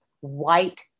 white